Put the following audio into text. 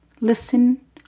listen